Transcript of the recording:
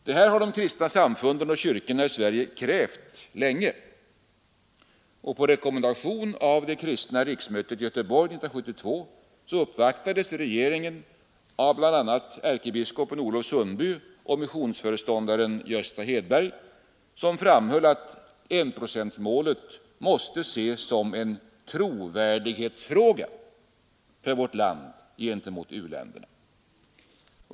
Det här har de kristna samfunden och kyrkorna i Sverige krävt länge. På rekommendation av det kristna riksmötet i Göteborg 1972 uppvaktades regeringen av bl.a. ärkebiskopen Olof Sundby och missionsföreståndaren Gösta Hedberg, som framhöll att enprocentmålet måste ses som en trovärdighetsfråga för vårt land gentemot u-länderna.